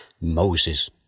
Moses